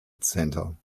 centre